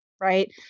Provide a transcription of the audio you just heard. right